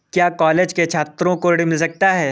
क्या कॉलेज के छात्रो को ऋण मिल सकता है?